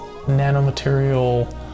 nanomaterial